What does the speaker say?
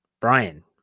Brian